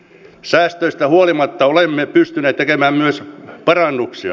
säästöistä huolimatta olemme pystyneet tekemään myös parannuksia